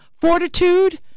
fortitude